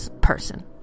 person